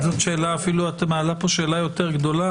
את אפילו מעלה פה שאלה יותר גדולה,